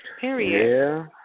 Period